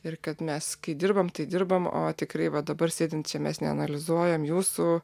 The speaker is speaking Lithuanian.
ir kad mes kai dirbam tai dirbam o tikrai va dabar sėdint čia mes neanalizuojam jūsų